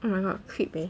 oh my god creep eh